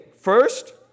first